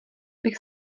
bych